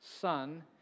Son